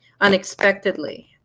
unexpectedly